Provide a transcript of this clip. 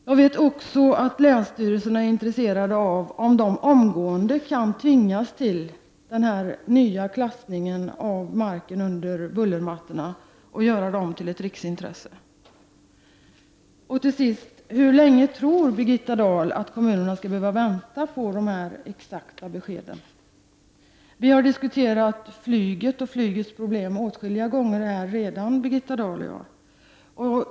Jag vet också att länsstyrelserna är intresserade av att få veta om de omgående skall tvingas till den här nya klassningen av marken under bullermattorna, som innebär att de anses vara ett riksintresse. Hur länge tror Birgitta Dahl att kommunerna skall behöva vänta på dessa exakta besked? Vi har diskuterat flyget och flygets problem åtskilliga gånger här redan, Birgitta Dahl.